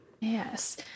Yes